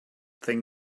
thing